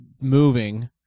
moving